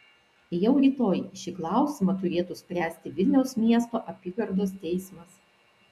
jau rytoj šį klausimą turėtų spręsti vilniaus miesto apygardos teismas